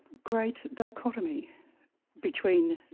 great dichotomy between